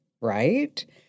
right